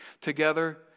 together